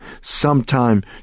sometime